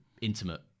intimate